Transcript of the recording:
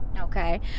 Okay